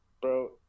bro